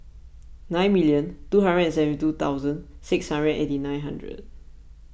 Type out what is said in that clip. nine million two hundred and seventy two thousand six hundred and eighty nine hundred